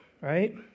right